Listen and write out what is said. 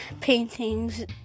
paintings